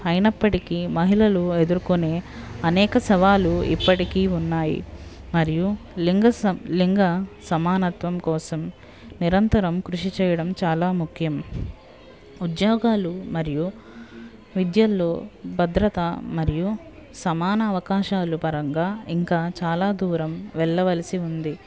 అయినప్పటికీ మహిళలు ఎదురుకొనే అనేక సవాళ్ళు ఇప్పటికీ ఉన్నాయి మరియు లింగ స లింగ సమానత్వం కోసం నిరంతరం కృషి చేయడం చాలా ముఖ్యం ఉద్యోగాలు మరియు విద్యల్లో భద్రతా మరియు సమాన అవకాశాలు పరంగా ఇంకా చాలా దూరం వెళ్ళవలసి ఉంది